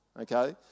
okay